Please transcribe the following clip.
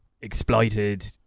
exploited